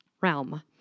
realm